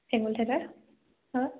হেঙুল theatre অঁ